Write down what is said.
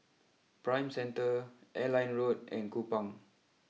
Prime Centre Airline Road and Kupang